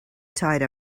tied